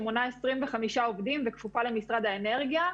שמונה 25 עובדים וכפופה למשרד האנרגיה,